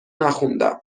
نخوندم